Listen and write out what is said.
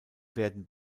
werden